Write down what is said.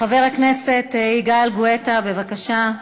חבר הכנסת יגאל גואטה, בבקשה.